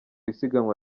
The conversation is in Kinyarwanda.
isiganwa